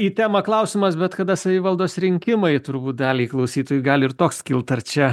į temą klausimas bet kada savivaldos rinkimai turbūt daliai klausytojų gali ir toks kilt ar čia